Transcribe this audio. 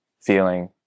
feeling